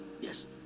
Yes